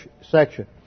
section